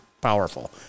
powerful